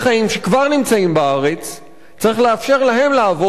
צריך לאפשר להם לעבוד ולסגור את הדלת המסתובבת הזאת.